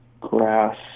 grass